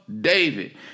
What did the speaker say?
David